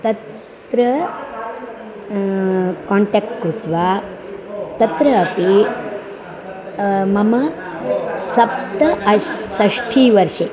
तत्र काण्ट्याक्ट् कृत्वा तत्रापि मम सप्त अश् षष्ठीवर्षे